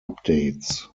updates